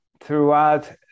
throughout